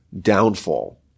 downfall